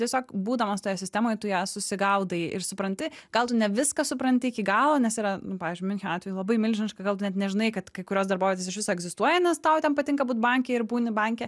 tiesiog būdamas toje sistemoje tu ją susigaudai ir supranti gal tu ne viską supranti iki galo nes yra pavyzdžiui miuncheno atveju labai milžiniška gal tu net nežinai kad kai kurios darbovietės išviso egzistuoja nes tau ten patinka būt banke ir būni banke